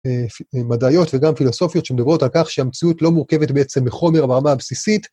מדעיות וגם פילוסופיות שמדברות על כך שהמציאות לא מורכבת בעצם מחומר ברמה הבסיסית.